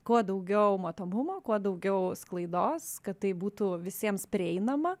kuo daugiau matomumo kuo daugiau sklaidos kad tai būtų visiems prieinama